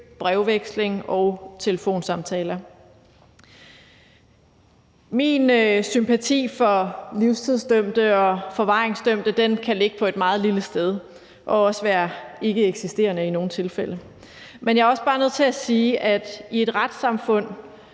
brevveksling og telefonsamtaler. Min sympati for livstidsdømte og forvaringsdømte kan ligge på et meget lille sted og også være ikkeeksisterende i nogle tilfælde, men jeg er også bare nødt til at sige, at et retssamfund